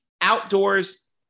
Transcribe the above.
outdoors